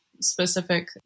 specific